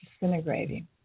disintegrating